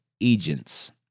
agents